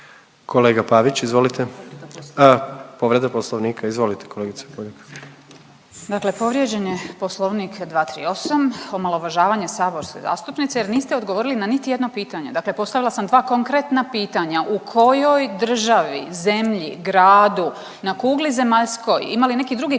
Kolega Pavić izvolite. Povreda poslovnika izvolite kolegice Puljak. **Puljak, Marijana (Centar)** Dakle povrijeđen je poslovnik 238. omalovažavanje saborske zastupnice jer niste odgovorili na niti jedno pitanje, dakle postavila sam dva konkretna pitanja u kojoj državi, zemlji, gradu na kugli zemaljskoj, ima li neki drugi